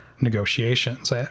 negotiations